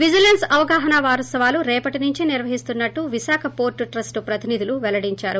vigilance అవగాహన వారోత్సవాలు రేపటి నుంచి నిర్వహిస్తున్నట్టు విశాఖ వోర్టు ట్రస్ట ప్రతినిధులు వెల్లడిందారు